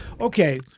Okay